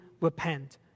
repent